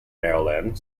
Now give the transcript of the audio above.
maryland